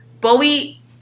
Bowie